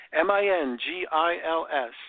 M-I-N-G-I-L-S